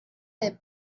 del